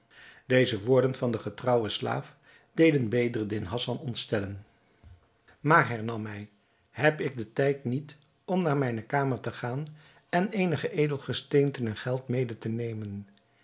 deze woorden van den getrouwen slaaf deden bedreddin hassan ontstellen maar hernam hij heb ik den tijd niet om naar mijne kamer te gaan en eenige edelgesteenten en geld mede te nemen